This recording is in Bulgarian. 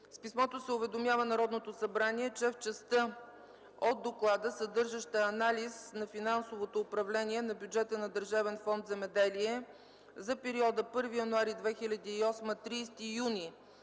В писмото се уведомява Народното събрание, че в частта от доклада, съдържаща анализ на финансовото управление на бюджета на Държавен фонд „Земеделие”, за периода 1 януари 2008 г.